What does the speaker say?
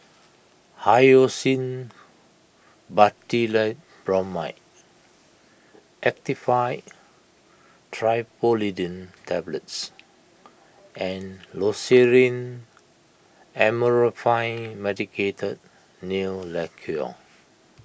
Hyoscine Butylbromide Actifed Triprolidine Tablets and Loceryl Amorolfine Medicated Nail Lacquer